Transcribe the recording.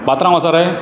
पात्रांव आसा रे